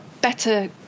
better